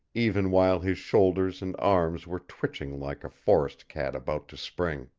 even while his shoulders and arms were twitching like a forest cat about to spring.